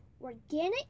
organic